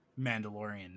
Mandalorian